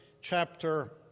chapter